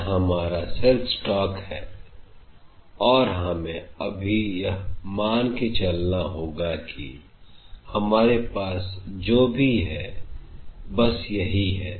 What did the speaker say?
यह हमारा CELL STOCK है और हमें अभी यह मान के चलना होगा कि हमारे पास जो भी है बस यही है